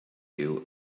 you